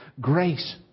grace